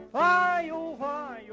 why, oh why?